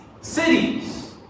cities